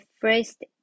first